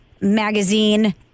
magazine